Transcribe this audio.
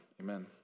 amen